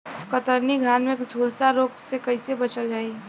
कतरनी धान में झुलसा रोग से कइसे बचल जाई?